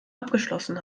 abgeschlossen